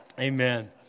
Amen